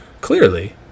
clearly